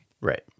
Right